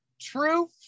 True